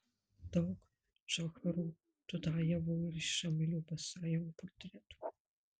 daug džocharo dudajevo ir šamilio basajevo portretų